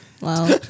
wow